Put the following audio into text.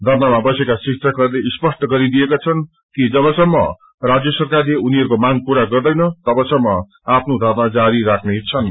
धरनामा बसेका शिक्षकहरूले स्पष्ट गरिदिएका छन् कि जबसम्म राज्य सरकारले उनीहरूको मांग पूरा गर्दैन तबसम्म आफ्नो धरना जारी राख्नेछन्